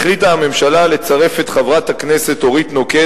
החליטה הממשלה לצרף את חברת הכנסת אורית נוקד